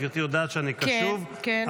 גברתי יודעת שאני קשוב -- כן, כן.